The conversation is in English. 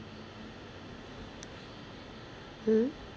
hmm